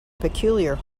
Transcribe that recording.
peculiar